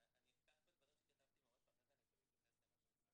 אפתח בדברים שכתבתי ואחר כך אני אתייחס למה שמשרד